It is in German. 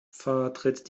vertritt